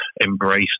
embrace